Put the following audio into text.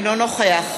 אינו נוכח